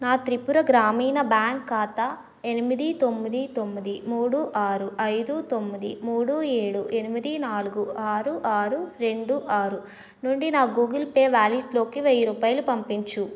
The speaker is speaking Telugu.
నా త్రిపుర గ్రామీణ బ్యాంక్ ఖాతా ఎనిమిది తొమ్మిది తొమ్మిది మూడు ఆరు ఐదు తొమ్మిది మూడు ఏడు ఎనిమిది నాలుగు ఆరు ఆరు రెండు ఆరు నుండి నా గూగుల్ పే వాలెట్లోకి వెయ్యి రూపాయలు పంపించు